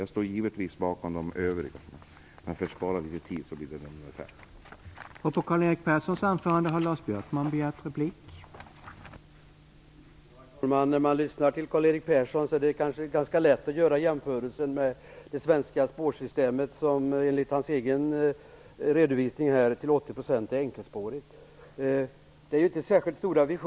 Jag står givetvis bakom de övriga också, men för att spara litet tid nöjer jag mig med att yrka bifall till reservation 5.